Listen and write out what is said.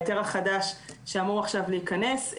ההיתר החדש שאמור עכשיו להיכנס,